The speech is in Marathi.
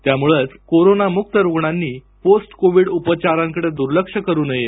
त्यामुळेच कोरोना मुक्त रुग्णांनी पोस्ट कोविंड उपचारांकडे दुर्लक्ष करू नये